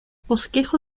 bosquejo